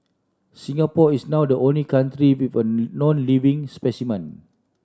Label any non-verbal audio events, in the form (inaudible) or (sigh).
Singapore is now the only country with a (unintelligible) known living specimen